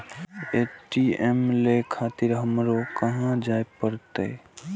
ATM ले खातिर हमरो कहाँ जाए परतें?